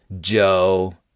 Joe